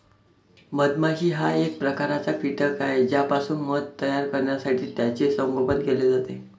मधमाशी हा एक प्रकारचा कीटक आहे ज्यापासून मध तयार करण्यासाठी त्याचे संगोपन केले जाते